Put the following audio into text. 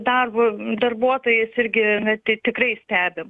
darbo darbuotojais irgi na tik tikrai stebim